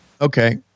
Okay